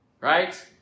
right